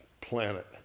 planet